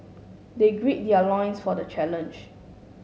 they grid their loins for the challenge